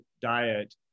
diet